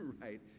right